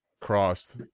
crossed